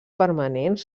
permanents